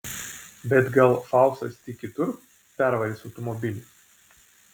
bet gal faustas tik kitur pervarys automobilį